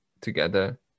together